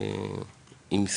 חיים,